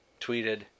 tweeted